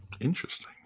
Interesting